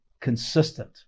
consistent